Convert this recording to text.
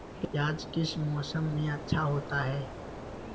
प्याज किस मौसम में अच्छा होता है?